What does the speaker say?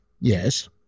yes